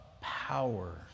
power